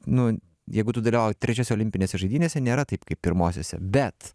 nu jeigu tu dalyvauji trečiose olimpinėse žaidynėse nėra taip kaip pirmosiose bet